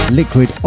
liquid